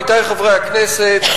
עמיתי חברי הכנסת,